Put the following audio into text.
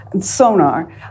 sonar